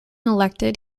elected